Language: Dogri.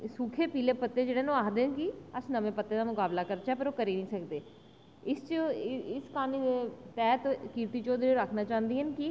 ते ओह् सुखे पीले पत्ते न आक्खदे न जेह्ड़े कि अस नमें पत्ते दा मुकाबला करचै ओह् करी निं सकदे इस च इस दे च कीर्ति चौधरी होर आक्खना चाहंदियां न कि